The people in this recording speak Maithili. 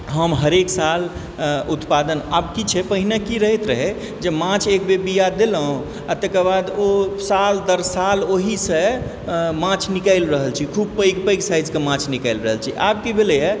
हम हरेक साल उत्पादन आब की छै पहिने की रहैत रहय जे माछ एकबेर बीया देलहुँ आओर तकरबाद ओ साल दर साल ओहीसँ माछ निकायल रहल छी खूब पैघ पैघ साइजके माछ निकायल रहल छी आब की भेलय हइ